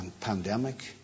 pandemic